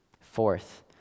Fourth